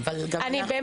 הנה, אני מרגיעה